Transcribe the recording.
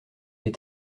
est